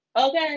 Okay